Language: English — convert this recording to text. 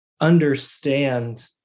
understand